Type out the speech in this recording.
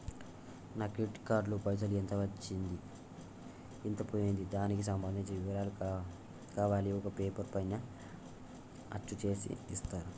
నా credit card లో పైసలు ఎంత వచ్చింది ఎంత పోయింది దానికి సంబంధించిన వివరాలు కావాలి ఒక పేపర్ పైన అచ్చు చేసి ఇస్తరా?